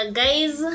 guys